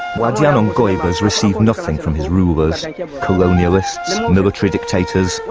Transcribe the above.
wadyan ongoybe has received nothing from his rulers like ah colonialists, military dictators,